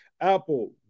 Apple